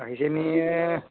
আহিছেনি এ